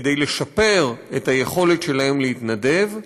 כדי לשפר את היכולת שלהם להתנדב,